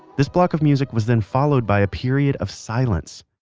this block of music was then followed by a period of silence.